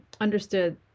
understood